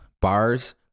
bars